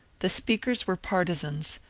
the speakers were partisans,